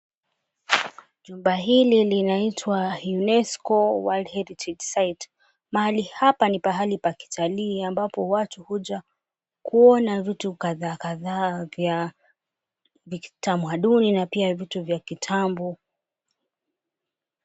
Jumba hili linaitwa UNESCO World Heritage Site. Mahali hapa ni pahali pa kitalii ambapo watu huja kuona vitu kadhaa kadhaa vya kitamaduni na pia vitu vya kitambo.